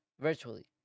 virtually